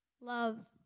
love